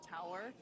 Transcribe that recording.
tower